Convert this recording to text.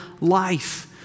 life